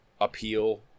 appeal